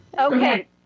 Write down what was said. Okay